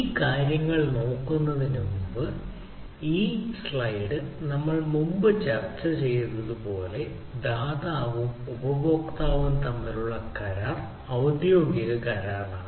ഈ കാര്യങ്ങൾ നോക്കുന്നതിന് മുമ്പ് ഈ സ്ലൈഡ് നമ്മൾ മുമ്പ് ചർച്ച ചെയ്തതുപോലെ ദാതാവും ഉപഭോക്താവും തമ്മിലുള്ള കരാർ ഔദ്യോഗിക കരാറാണ്